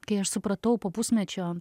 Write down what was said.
kai aš supratau po pusmečio